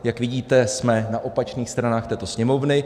Jak vidíte, jsme na opačných stranách této Sněmovny.